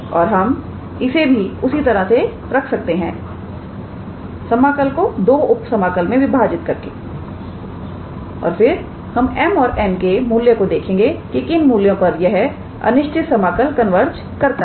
और हम इसे भी उसी तरह से रख सकते हैं समाकल को दो उप समाकल में विभाजित करके और फिर हम m और n के मूल्यों को देखेंगे की किन मूल्यों पर यह अनिश्चित समाकल कन्वर्ज करता है